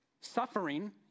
suffering